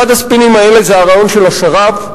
אחד הספינים האלה זה הרעיון של השר"פ,